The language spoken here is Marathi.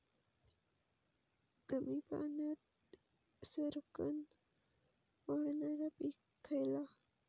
कमी पाण्यात सरक्कन वाढणारा पीक खयला?